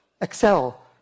Excel